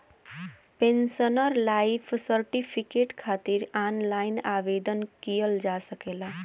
pensioner life certificate खातिर online आवेदन किहल जा सकला